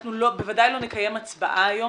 אנחנו בוודאי לא נקיים הצבעה היום.